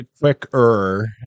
quicker